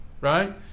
right